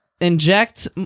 inject